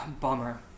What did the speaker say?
Bummer